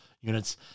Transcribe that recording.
units